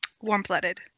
warm-blooded